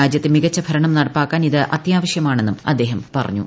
രാജ്യത്ത് മികച്ചു ഭരണം നടപ്പാക്കാൻ ഇത് അത്യാവശ്യമാണെന്നും അദ്ദേഹം കൊളംബോയിൽ പറഞ്ഞു